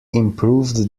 improved